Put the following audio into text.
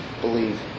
Believe